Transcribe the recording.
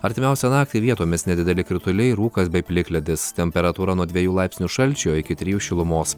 artimiausią naktį vietomis nedideli krituliai rūkas bei plikledis temperatūra nuo dviejų laipsnių šalčio iki trijų šilumos